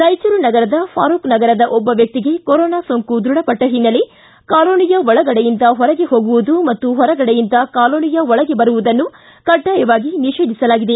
ರಾಯಚೂರು ನಗರದ ಫಾರುಕ್ ನಗರದ ಒಬ್ಬ ವ್ಹಿಗೆ ಕರೋನಾ ಸೋಂಕು ದೃಢಪಟ್ಟ ಹಿನ್ನೆಲೆ ಕಾಲೋನಿಯ ಒಳಗಡೆಯಿಂದ ಹೊರಗೆ ಹೊಗುವುದು ಮತ್ತು ಹೊರಗಡೆಯಿಂದ ಕಾಲೋನಿಯ ಒಳಗೆ ಬರುವುದನ್ನು ಕಡ್ಡಾಯವಾಗಿ ನಿಷೇಧಿಸಲಾಗಿದೆ